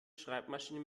schreibmaschine